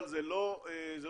אבל זה לא אופרטיבי.